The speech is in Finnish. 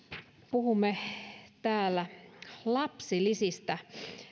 puhumme täällä lapsilisistä